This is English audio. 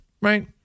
right